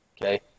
Okay